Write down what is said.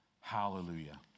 Hallelujah